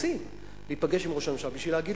רוצים להיפגש עם ראש הממשלה בשביל להגיד